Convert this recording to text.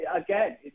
Again